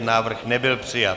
Návrh nebyl přijat.